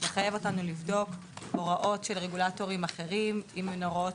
מחייב אותנו לבדוק הוראות של רגולטורים אחרים אם אין הוראות